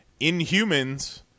Inhumans